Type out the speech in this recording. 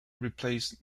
replaced